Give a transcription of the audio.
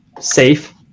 safe